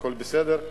הכול בסדר?